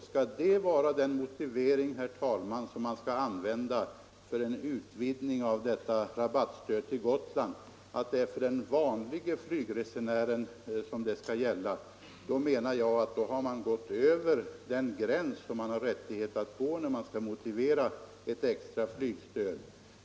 Skall man använda den motiveringen, herr talman, för en utvidgning av rabattstödet till Gotland — att det skall gälla för den vanlige flygresenären — har man enligt mitt förmenande gått över den gräns inom vilken man skall hålla sig när det gäller att motivera ett extra flygstöd.